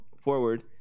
forward